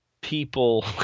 people